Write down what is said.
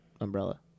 umbrella